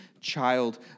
child